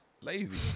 lazy